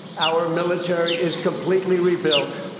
our military is completely rebuilt,